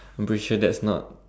I'm pretty sure that's not